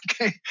okay